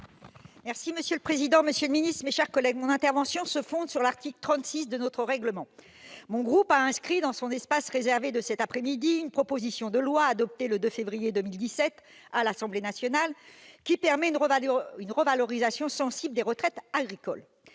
Monsieur le président, monsieur le secrétaire d'État, mes chers collègues, mon intervention se fonde sur l'article 36 de notre règlement. Mon groupe a inscrit dans son espace réservé de cet après-midi une proposition de loi, adoptée le 2 février 2017 à l'Assemblée nationale, qui permet une revalorisation sensible des retraites agricoles.